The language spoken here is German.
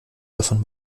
davon